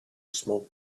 smoke